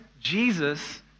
Jesus